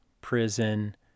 prison